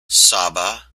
saba